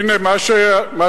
הנה מה שהיה,